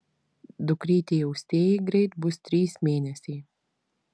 dukrytei austėjai greit bus trys mėnesiai